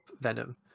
venom